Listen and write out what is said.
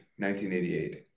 1988